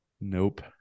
Nope